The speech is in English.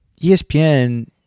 ESPN